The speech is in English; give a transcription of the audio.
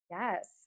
yes